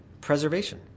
preservation